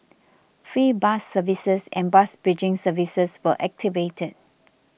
free bus services and bus bridging services were activated